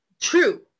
true